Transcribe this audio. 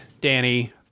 Danny